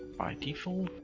by default,